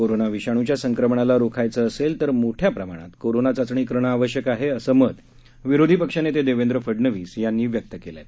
corona विषाण्च्या संक्रमणाला रोखायचं असेल तर मोठ्या प्रमाणात कोरोना चाचणी करणं आवश्यक आहे असं मत विरोधी पक्षनेते देवेंद्र फडणवीस यांनी व्यक्त केलं आहे